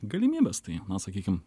galimybes tai na sakykim